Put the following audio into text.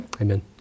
Amen